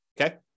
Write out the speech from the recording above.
Okay